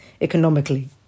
economically